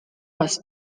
was